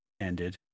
ended